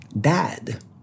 Dad